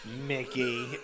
Mickey